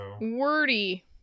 wordy